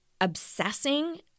obsessing